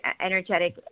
energetic